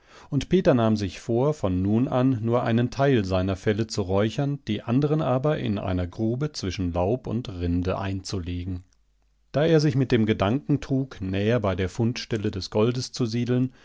und peter nahm sich vor von nun an nur einen teil seiner felle zu räuchern die anderen aber in einer grube zwischen laub und rinde einzulegen da er sich mit dem gedanken trug näher bei der fundstelle des goldes zu siedeln